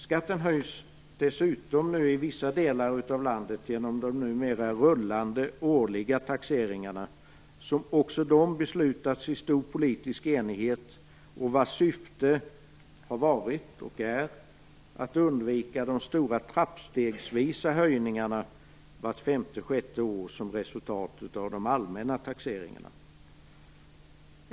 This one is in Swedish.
Skatten höjs dessutom i vissa delar av landet genom de numera rullande, årliga taxeringarna som också de beslutats i stor politisk enighet och vars syfte har varit och är att undvika de stora trappstegsvisa höjningarna vart femte sjätte år som resultat av de allmänna taxeringarna.